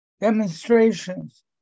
demonstrations